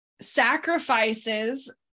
sacrifices